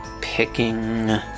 picking